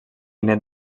nét